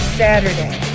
saturday